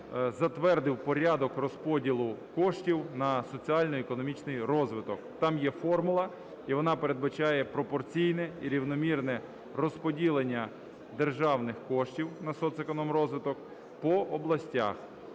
затвердив порядок розподілу коштів на соціально-економічний розвиток. Там є формула і вона передбачає пропорційне і рівномірне розподілення державних коштів на соцекономрозвиток по областях.